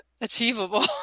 achievable